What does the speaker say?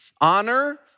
Honor